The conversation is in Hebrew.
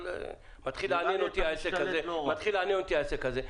אבל העסק הזה מתחיל לעניין אותי.